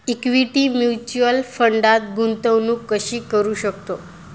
Equity mutual फंडात गुंतवणूक कशी करू शकतो?